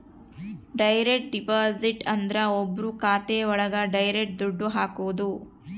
direct deposit ಅಂದ್ರ ಒಬ್ರು ಖಾತೆ ಒಳಗ ಡೈರೆಕ್ಟ್ ದುಡ್ಡು ಹಾಕೋದು